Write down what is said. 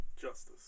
Justice